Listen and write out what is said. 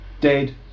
dead